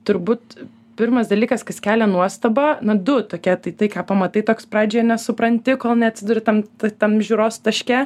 turbūt pirmas dalykas kas kelia nuostabą na du tokie tai tai ką pamatai toks pradžioje nesupranti kol neatsiduri tam tam žiūros taške